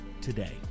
today